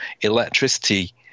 electricity